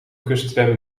kusttram